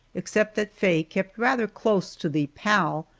except that faye kept rather close to the pal,